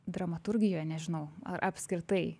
dramaturgijoje nežinau ar apskritai